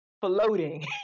floating